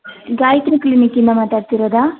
ಗಾಯತ್ರಿ ಕ್ಲಿನಿಕ್ಯಿಂದ ಮಾತಾಡ್ತಿರೋದಾ